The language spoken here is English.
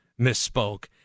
misspoke